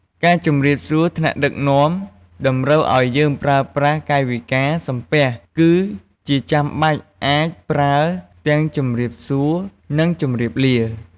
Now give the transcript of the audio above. ការជម្រាបសួរថ្នាក់ដឹកនាំតម្រូវឱ្យយើងប្រើប្រាស់កាយវិការ សំពះ គឺជាចាំបាច់អាចប្រើទាំងជម្រាបសួរនិងជម្រាបលា។